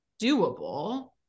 doable